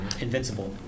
invincible